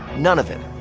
none of it.